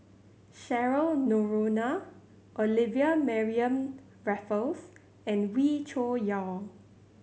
Cheryl Noronha Olivia Mariamne Raffles and Wee Cho Yaw